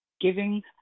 Giving